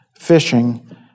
fishing